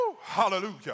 Hallelujah